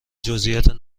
جزییات